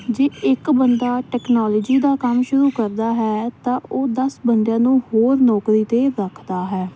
ਜੇ ਇੱਕ ਬੰਦਾ ਟੈਕਨੋਲੋਜੀ ਦਾ ਕੰਮ ਸ਼ੁਰੂ ਕਰਦਾ ਹੈ ਤਾਂ ਉਹ ਦਸ ਬੰਦਿਆਂ ਨੂੰ ਹੋਰ ਨੌਕਰੀ 'ਤੇ ਰੱਖਦਾ ਹੈ